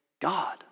God